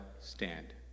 stand